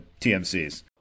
TMCs